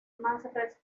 más